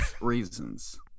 reasons